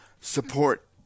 support